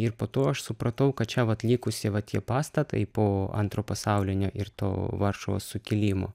ir po to aš supratau kad čia vat likusi va tie pastatai po antro pasaulinio ir to varšuvos sukilimo